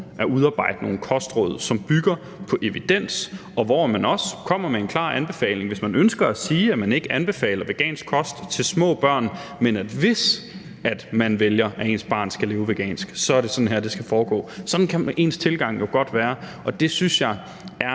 at udarbejde nogle kostråd, som bygger på evidens, og hvor man også kommer med en klar anbefaling, hvis man ønsker at sige, at man ikke anbefaler vegansk kost til små børn – men at myndighederne også siger, hvis man vælger, at ens barn skal lave vegansk: Det er sådan her, det skal foregå. Sådan kan ens tilgang jo godt være, og det synes jeg er